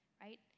right